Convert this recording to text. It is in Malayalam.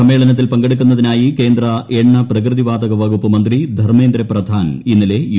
സമ്മേളനത്തിൽ പങ്കെടുക്കുന്നതിനായി കേന്ദ്ര എണ്ണ പ്രകൃതിവാതക വകുപ്പ് മന്ത്രി ധർമ്മേന്ദ്ര പ്രധാൻ ഇന്നലെ യു